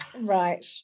Right